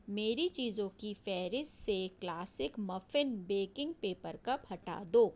میری چیزوں کی فہرست سے classic muffin baking paper cup ہٹا دو